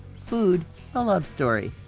food a love story.